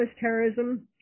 terrorism